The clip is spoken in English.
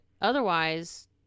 otherwise